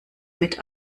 mit